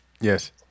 Yes